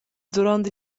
duront